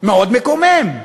מאוד מקומם.